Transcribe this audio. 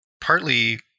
partly